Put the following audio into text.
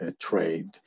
trade